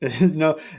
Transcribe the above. No